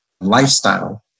lifestyle